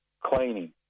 Cleaning